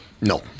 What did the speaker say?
No